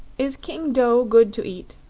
is king dough good to eat?